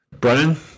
Brennan